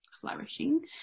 flourishing